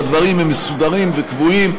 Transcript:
והדברים הם מסודרים וקבועים,